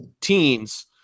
teens